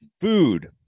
food